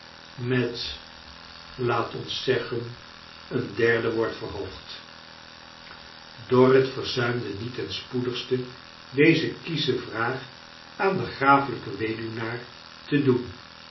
met laat ons zeggen een derde wordt verhoogd dorrit verzuimde niet ten spoedigate deze kiesche vraag aan den grafelijken weduwnaar te dcen